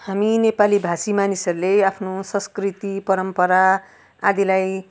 हामी नेपाली भाषी मानिसहरूले आफ्नो संस्कृति परम्परा आदिलाई